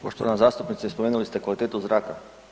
Poštovana zastupnice spomenuli ste kvalitetu zraka.